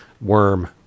worm